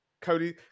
Cody